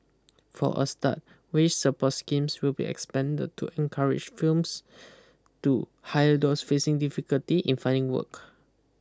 for a start wage support schemes will be expanded to encourage firms to hire those facing difficulty in finding work